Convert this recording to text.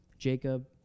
Jacob